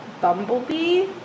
bumblebee